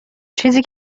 چیزی